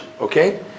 okay